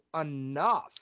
enough